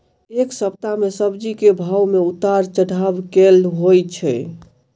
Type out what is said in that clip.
एक सप्ताह मे सब्जी केँ भाव मे उतार चढ़ाब केल होइ छै?